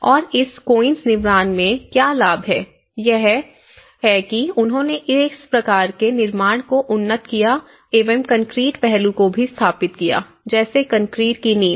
और इस कोइंस निर्माण के क्या लाभ हैं एक यह है कि उन्होंने इस प्रकार के निर्माण को उन्नत किया एवं कंक्रीट पहलू को भी स्थापित किया जैसे कंक्रीट की नींव